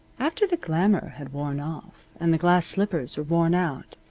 after the glamour had worn off, and the glass slippers were worn out,